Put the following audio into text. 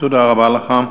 תודה רבה לך.